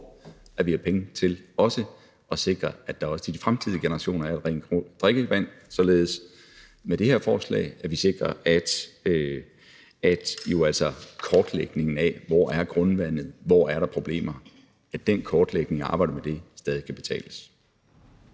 at vi har penge til også at sikre, at der også til de fremtidige generationer er rent drikkevand. Således sikrer vi med det her forslag kortlægningen af, hvor grundvandet er, og hvor der er problemer, altså sikrer vi, at den kortlægning og arbejdet med den stadig kan betales.